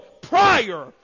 prior